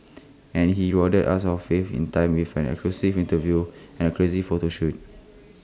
and he rewarded us for our faith in him with an exclusive interview and A crazy photo shoot